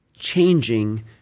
changing